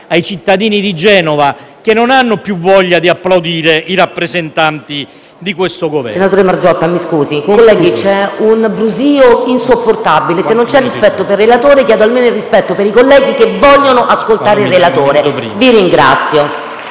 ai cittadini di Genova, che non hanno più voglia di applaudire i rappresentanti di questo Governo. PRESIDENTE. Senatore Margiotta, mi perdoni se la interrompo. Colleghi, il livello del brusio è insopportabile. Se non c’è rispetto per il relatore, chiedo almeno il rispetto per i colleghi che vogliono ascoltare il relatore. Vi ringrazio.